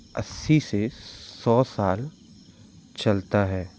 अस्सी से सौ साल चलता है